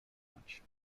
much